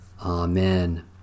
Amen